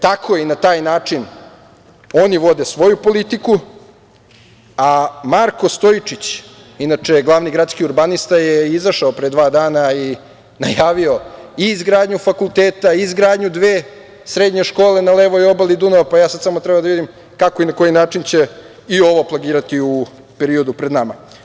Tako i na taj način oni vode svoju politiku, a Marko Stojičić, inače glavni gradski urbanista, je izašao pre dva dana i najavio izgradnju fakulteta, izgradnju dve srednje škole na levoj obali Dunava, pa ja sad samo treba da vidim kako i na koji način će i ovo plagirati u periodu pred nama.